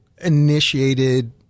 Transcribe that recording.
initiated